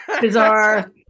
bizarre